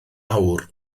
awr